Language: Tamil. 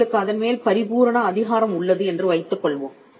உங்களுக்கு அதன் மேல் பரிபூரண அதிகாரம் உள்ளது என்று வைத்துக்கொள்வோம்